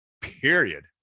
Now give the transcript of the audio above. period